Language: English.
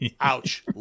Ouch